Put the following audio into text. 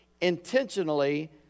intentionally